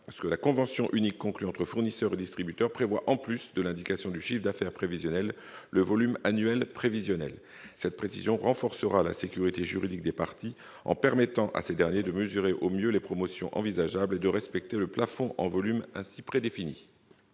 la convention unique conclue entre fournisseur et distributeur prévoie, en plus de l'indication du chiffre d'affaires prévisionnel, le volume annuel prévisionnel. Cette précision renforcera la sécurité juridique des parties en leur permettant de mesurer au mieux les promotions envisageables et de respecter le plafond en volume ainsi prédéfini.